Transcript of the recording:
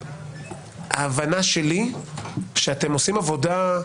ההבנה שלי שאתם עושים עבודה,